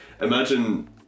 Imagine